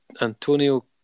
Antonio